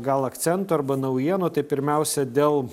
gal akcentų arba naujienų tai pirmiausia dėl